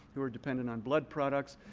who were dependent on blood products,